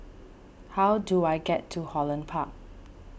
how do I get to Holland Park